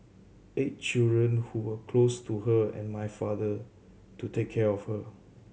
eight children who were close to her and my father to take care of her